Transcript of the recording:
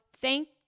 thank